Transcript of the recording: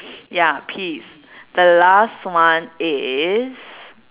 ya peace the last one is